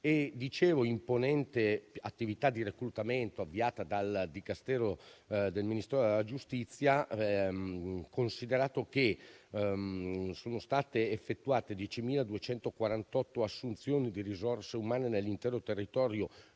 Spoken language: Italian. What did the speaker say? di imponente attività di reclutamento avviata dal Ministero della giustizia, considerato che sono state effettuate 10.248 assunzioni di risorse umane nell'intero territorio